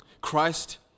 Christ